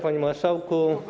Panie Marszałku!